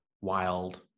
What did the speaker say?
wild